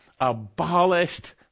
Abolished